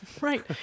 right